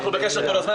אנחנו בקשר כל הזמן.